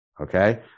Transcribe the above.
okay